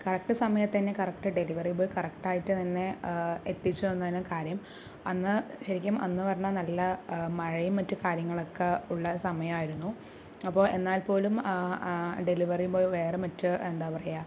correct സമയത് തന്നെ correct delivery boy കറക്റ്റായിട്ട് തന്നെ എത്തിച്ച് തന്നത് കാര്യം അന്ന് ശരിക്കും അന്ന് പറഞ്ഞാൽ നല്ല മഴയും മറ്റു കാര്യങ്ങളും ഒക്കെ ഉള്ള സമയം ആയിരുന്നു അപ്പോൾ എന്നാൽ പോലും ഡെലിവറി ബോയ് വേറെ മറ്റ് എന്താ പറയുക